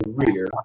career